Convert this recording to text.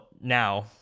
now